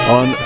on